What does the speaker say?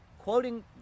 Quoting